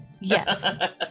Yes